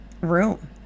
room